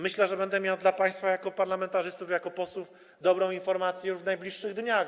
Myślę, że będę miał dla państwa jako parlamentarzystów, posłów dobrą informację już w najbliższych dniach.